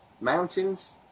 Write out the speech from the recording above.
Mountains